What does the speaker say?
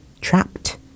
trapped